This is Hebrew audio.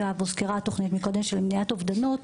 הוזכרה קודם התוכנית של מניעת אובדנות.